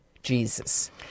Jesus